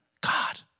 God